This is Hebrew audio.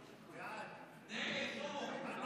נגד מירי מרים רגב, אינה